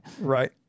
right